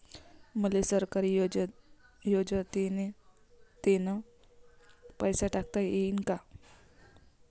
मले सरकारी योजतेन पैसा टाकता येईन काय?